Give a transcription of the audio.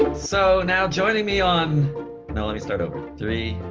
so now joining me on no, let me start over. three,